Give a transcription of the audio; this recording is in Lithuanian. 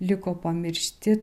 liko pamiršti